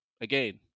Again